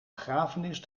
begrafenis